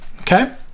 Okay